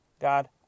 God